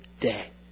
day